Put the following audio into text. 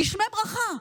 גשמי ברכה.